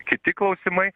kiti klausimai